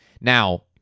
Now